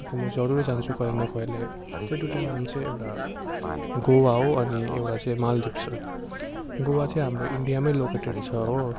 जो कि म जरुर जान्छु कहिले न कहिले त्यो दुईवटा नाम चाहिँ एउटा गोवा हो अनि एउटा चाहिँ मालदिभ्स हो गोवा चाहिँ हाम्रो इन्डियामै लोकेटेड छ हो